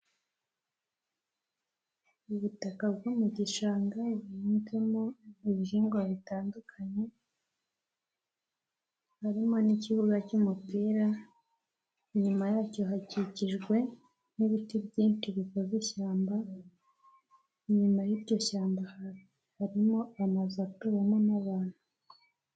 Ubutaka bwo mu gishanga buhingwamo ibihingwa bitandukanye, harimo n'ikibuga cy'umupira, inyuma yacyo hakikijwe n'ibiti byinshi bikoze ishyamba, inyuma y'iryo shyamba harimo amazu atuwemo n'abantu.